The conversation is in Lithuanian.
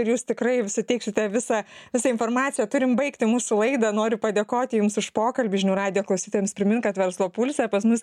ir jūs tikrai suteiksite visą visą informaciją turim baigti mūsų laidą noriu padėkoti jums už pokalbį žinių radijo klausytojams primint kad verslo pulse pas mus